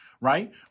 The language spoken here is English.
right